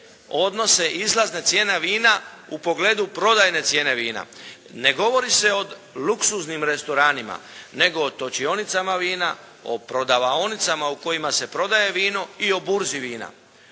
odnose izlazne cijene vina u pogledu prodajne cijene vina. Ne govori se o luksuznim restoranima nego o točionicama vina, o prodavaonicama u kojima se prodaje vino i o burzi vina.